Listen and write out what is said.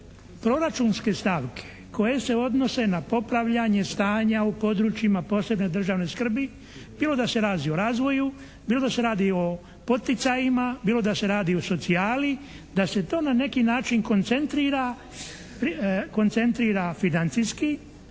proračunske stavke koje se odnose na popravljanje stanja u područjima posebne državne skrbi bilo da se radi o razvoju, bilo da se radi o poticajima, bilo da se radi o socijali da se to na neki način koncentrira, koncentrira